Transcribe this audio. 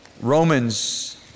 Romans